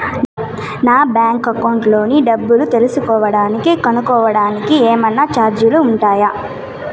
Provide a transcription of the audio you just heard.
నా bank account లోని డబ్బు తెలుసుకోవడానికి కోవడానికి ఏమన్నా చార్జీలు ఉంటాయా?